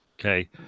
Okay